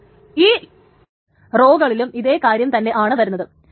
അപ്പോൾ ഈ റോകളിലും ഇതേ കാര്യം തന്നെയാണ് വരുന്നത്